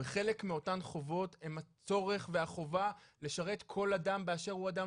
וחלק מאותן חובות הן הצורך והחובה לשרת כל אדם באשר הוא אדם,